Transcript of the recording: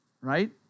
Right